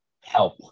help